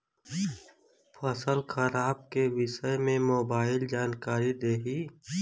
फसल खराब के विषय में मोबाइल जानकारी देही